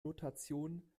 notation